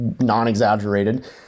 non-exaggerated